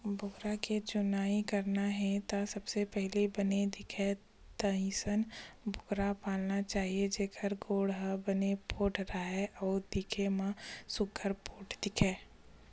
बोकरा के चुनई करना हे त सबले पहिली बने दिखय तइसन बोकरा पालना चाही जेखर गोड़ ह बने पोठ राहय अउ दिखे म सुग्घर पोठ दिखय